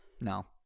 No